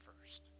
first